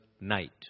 night